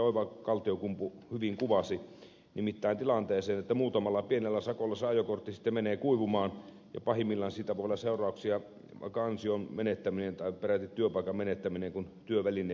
oiva kaltiokumpu hyvin kuvasi nimittäin tilanteeseen että muutamalla pienellä sakolla se ajokortti sitten menee kuivumaan ja pahimmillaan siitä voi olla seurauksena vaikka ansion menettäminen tai peräti työpaikan menettäminen kun työväline menee alta